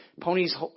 Ponies